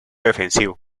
defensivo